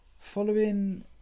following